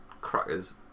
crackers